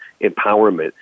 empowerment